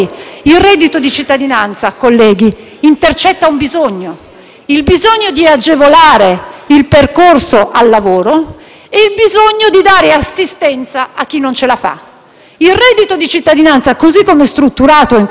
il bisogno di agevolare il percorso al lavoro e il bisogno di dare assistenza a chi non ce la fa. Il reddito di cittadinanza, così come è strutturato in questo provvedimento, che è molto nebuloso, ha